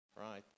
right